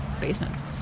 basements